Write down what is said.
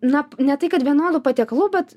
na ne tai kad vienodų patiekalų bet